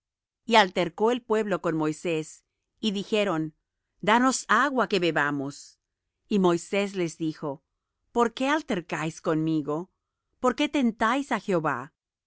y altercó el pueblo con moisés y dijeron danos agua que bebamos y moisés les dijo por qué altercáis conmigo por qué tentáis á jehová